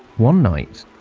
one night,